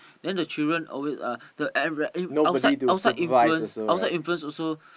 then the children always uh the environment outside outside influence outside influence also